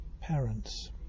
parents